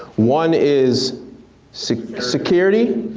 one is so security.